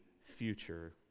future